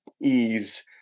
ease